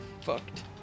fucked